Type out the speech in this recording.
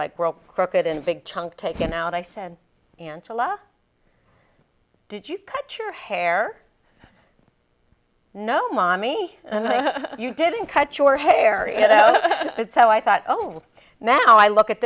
like world crooked and big chunk taken out i said angela did you cut your hair no mommy you didn't cut your hair you know so i thought oh now i look at